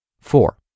Four